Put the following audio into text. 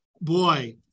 boy